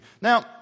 Now